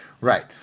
right